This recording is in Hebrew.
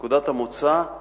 נקודת המוצא היא